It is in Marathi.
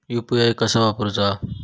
यू.पी.आय कसा वापरूचा?